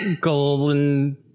golden